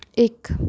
ਇੱਕ